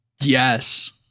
Yes